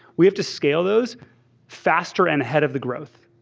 we have to scale those faster and ahead of the growth,